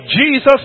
Jesus